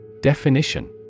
Definition